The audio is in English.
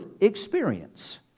experience